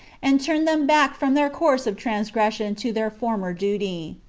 and turn them back from their course of transgression to their former duty.